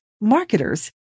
marketers